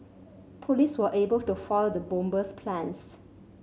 police were able to foil the bomber's plans